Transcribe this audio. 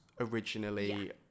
originally